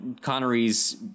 Connery's